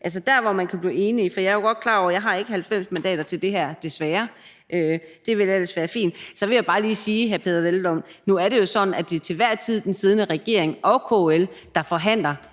altså dér, hvor vi kan blive enige. For jeg er jo godt klar over, at vi desværre ikke har 90 mandater til det her. Det ville ellers være fint. Så vil jeg bare lige sige, hr. Peder Hvelplund, at nu er det jo sådan, at det er den til enhver tid siddende regering og KL, der forhandler